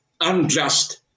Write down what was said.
unjust